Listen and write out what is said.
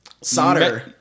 solder